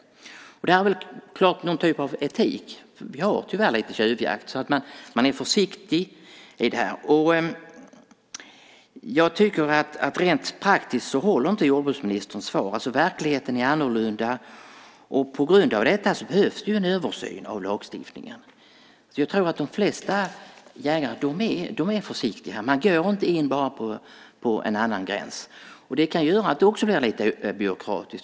Det här gäller någon typ av etik. Vi har tyvärr lite tjuvjakt. Man är försiktig med det här. Rent praktiskt håller inte jordbruksministerns svar. Verkligheten är annorlunda, och på grund av detta behövs en översyn av lagstiftningen. Jag tror att de flesta jägare är försiktiga. Man går bara inte in på gränsen till någon annans mark. Det kan också göra det här lite byråkratiskt.